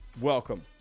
welcome